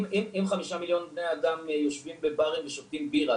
אם חמישה מיליון בני אדם יושבים בברים ושותים בירה,